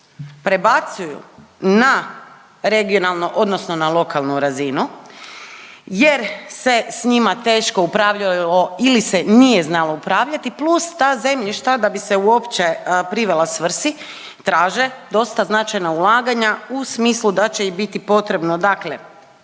prebacuju na regionalnu odnosno na lokalnu razinu jer se s njima teško upravljalo ili se nije znalo upravljati plus, ta zemljišta, da bi se uopće privela svrsi traže dosta značajna ulaganja u smislu da će i biti potrebno dakle